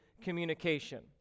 communication